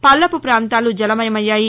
వల్లపు పాంతాలు జలమయమయ్యాయి